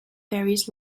various